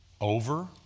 over